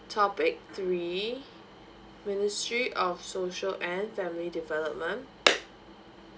topic three ministry of social and family development